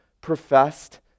professed